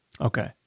Okay